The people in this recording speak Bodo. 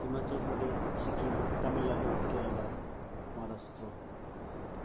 हिमासल प्रदेश सिक्किम तामिलनादु केरेला महाराष्ट्र